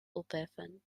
opheffen